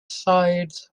sides